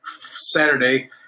Saturday